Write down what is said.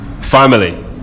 Family